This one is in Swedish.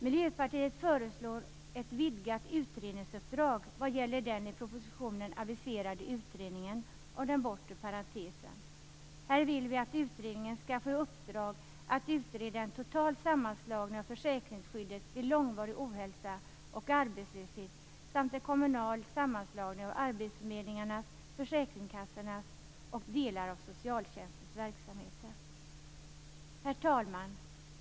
Miljöpartiet föreslår ett vidgat utredningsuppdrag vad gäller den i propositionen aviserade utredningen av den bortre parentesen. Vi vill att utredningen skall få i uppdrag att utreda en total sammanslagning av försäkringsskyddet vid långvarig ohälsa och arbetslöshet samt en sammanslagning på kommunal nivå av arbetsförmedlingarna, försäkringskassorna och delar av socialtjänstens verksamheter. Herr talman!